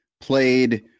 played